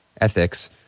ethics